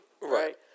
Right